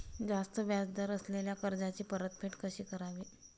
जास्त व्याज दर असलेल्या कर्जाची परतफेड कशी करावी?